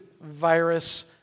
virus